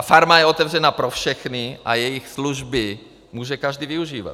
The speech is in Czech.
Farma je otevřena pro všechny a její služby může každý využívat.